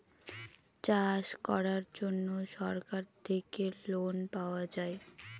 চাষ করার জন্য সরকার থেকে লোন পাওয়া যায়